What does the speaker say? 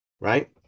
right